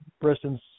Briston's